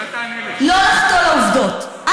שלא לחטוא לעובדות.